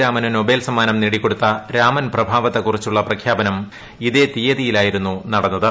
രാമന് Nobel സമ്മാനം നേടിക്കൊടുത്ത രാമൻ പ്രഭാറ്റ്ള്ട്ത് കുറിച്ചുള്ള പ്രഖ്യാപനം ഇതേ തീയതിയിലായിരുന്നു നടന്നത്